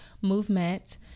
movement